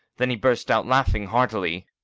then he burst out laughing heartily